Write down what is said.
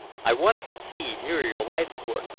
i wanted to see muriel leithcourt,